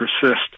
persist